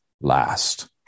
last